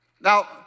Now